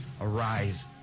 arise